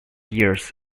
years